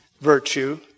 virtue